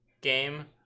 Game